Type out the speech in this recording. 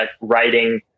writing